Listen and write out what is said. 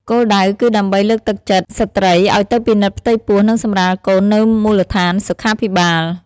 គោលដៅគឺដើម្បីលើកទឹកចិត្តស្ត្រីឱ្យទៅពិនិត្យផ្ទៃពោះនិងសម្រាលកូននៅមូលដ្ឋានសុខាភិបាល។